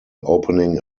opening